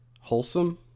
wholesome